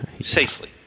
safely